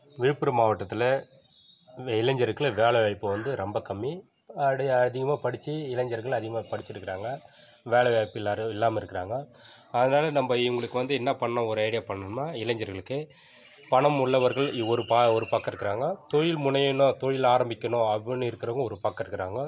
விழுப்புரம் மாவட்டத்தில் நம்ம இளைஞருக்கலாம் வேலைவாய்ப்பு வந்து ரொம்ப கம்மி அடே அதிகமாக படித்து இளைஞர்கள் அதிகமாக படிச்சுருக்குறாங்க வேலைவாய்ப்பில் யாரும் இல்லாமல் இருக்கிறாங்க அதனால் நம்ம இவங்களுக்கு வந்து என்ன பண்ணோம் ஒரு ஐடியா பண்ணோம்மா இளைஞர்களுக்கு பணம் உள்ளவர்கள் இ ஒரு ப ஒரு பக்கம் இருக்கிறாங்க தொழில் முனையணும் தொழில் ஆரம்பிக்கணும் அப்படின்னு இருக்கிறவங்க ஒரு பக்கம் இருக்கிறாங்க